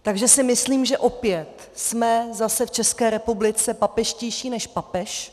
Takže si myslím, že opět jsme zase v České republice papežštější než papež.